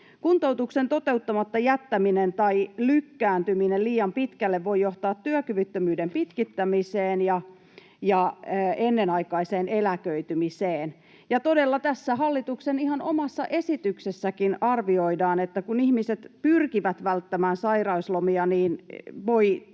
Kuntoutuksen toteuttamatta jättäminen tai lykkääntyminen liian pitkälle voi johtaa työkyvyttömyyden pitkittymiseen ja ennenaikaiseen eläköitymiseen. Ja todella tässä hallituksen ihan omassa esityksessäkin arvioidaan, että kun ihmiset pyrkivät välttämään sairauslomia,